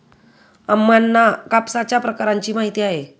अम्मांना कापसाच्या प्रकारांची माहिती आहे